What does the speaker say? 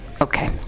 okay